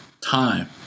time